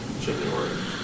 January